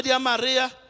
Maria